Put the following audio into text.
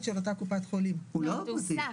סעיף 15. תשלום בעד אשפוז במחלקות פנימיות.